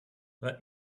let